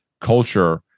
culture